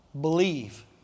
Believe